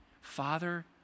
Father